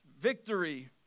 victory